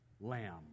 lamb